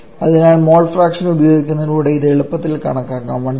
അതിനാൽ mole fraction ഉപയോഗിക്കുന്നതിലൂടെ ഇത് എളുപ്പത്തിൽ കണക്കാക്കാം 132